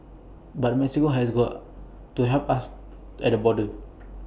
but Mexico has got to help us at the border